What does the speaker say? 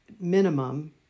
minimum